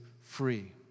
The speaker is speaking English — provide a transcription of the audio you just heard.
free